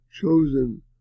chosen